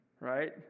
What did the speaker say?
Right